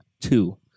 Two